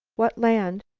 what land?